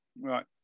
Right